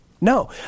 No